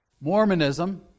Mormonism